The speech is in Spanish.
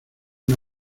una